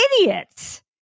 idiots